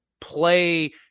play